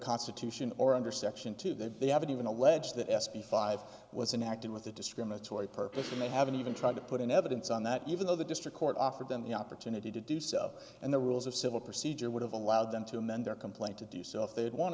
constitution or under section two that they haven't even alleged that s b five was enacted with a discriminatory purpose and they haven't even tried to put in evidence on that even though the district court offered them the opportunity to do so and the rules of civil procedure would have allowed them to amend their complaint to do so if they'd want